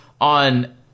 on